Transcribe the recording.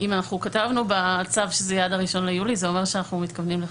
אם אנחנו כתבנו בצו שזה יהיה עד ה-1 ביולי זה אומר שאנחנו מתכוונים לכך,